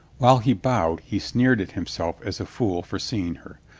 while he bowed he sneered at himself as a fool for seeing her.